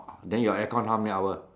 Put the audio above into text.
then your air con how many hour